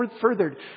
furthered